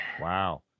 Wow